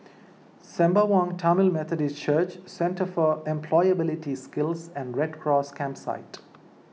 Sembawang Tamil Methodist Church Centre for Employability Skills and Red Cross Campsite